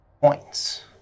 points